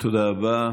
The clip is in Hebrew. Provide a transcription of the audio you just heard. תודה רבה.